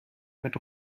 mit